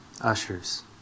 ushers